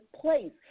place